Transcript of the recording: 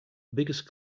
biggest